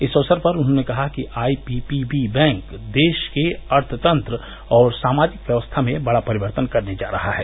इस अवसर पर उन्होंने कहा कि आईपीपीवी बैंक देस के अर्थतंत्र और सामाजिक व्यवस्था में बड़ा परिवर्तन करने जा रहा है